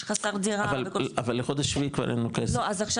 שחסר דירה --- אבל לחודש שביעי כבר אין לנו כסף.